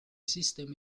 system